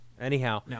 Anyhow